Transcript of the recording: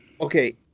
Okay